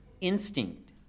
instinct